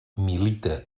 milita